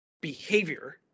behavior